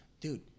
dude